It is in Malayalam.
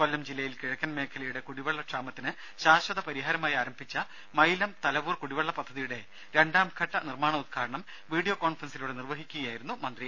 കൊല്ലം ജില്ലയിൽ കിഴക്കൻ മേഖലയുടെ കുടിവെള്ള ക്ഷാമത്തിന് ശാശ്വത പരിഹാരമായി ആരംഭിച്ച മൈലം തലവൂർ കുടിവെള്ള പദ്ധതിയുടെ രണ്ടാം ഘട്ട നിർമ്മാണോദ്ഘാടനം വിഡിയോ കോൺഫറൻസിലൂടെ നിർവഹിക്കുകയായിരുന്നു അദ്ദേഹം